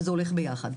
שזה הולך ביחד.